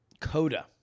Coda